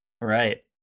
Right